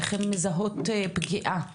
איך הן מזהות פגיעה ואלימות?